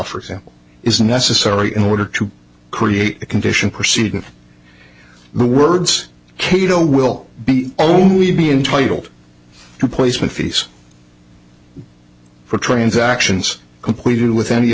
for example is necessary in order to create a condition pursued in the words kato will be only be entitled to placement fees for transactions completed with any